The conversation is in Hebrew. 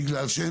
בגלל שאין